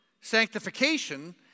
Sanctification